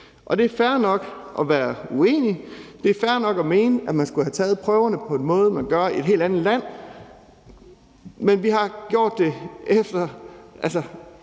Det er fair nok at være uenig, og det er også fair nok at mene, at man skulle have taget prøverne på en måde, som man gør det på i et helt andet land, men vi har gjort det udvidet,